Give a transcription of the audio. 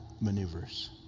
maneuvers